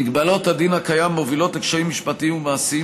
מגבלות הדין הקיים מובילות לקשיים משפטיים ומעשיים